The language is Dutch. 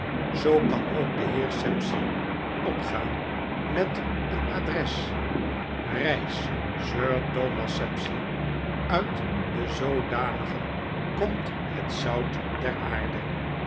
zoo kan ook d beer sapsea opgaan met een adres rys sir thomas sapsea uit de zoodanigen komt het zout der aarde